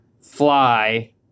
fly